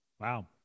Wow